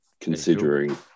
considering